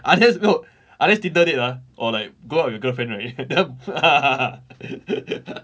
unless no unless Tinder date ah or like go out with girlfriend right then